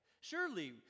Surely